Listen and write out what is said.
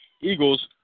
Eagles